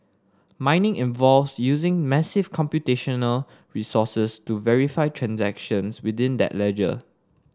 mining involves using massive computational resources to verify transactions within that ledger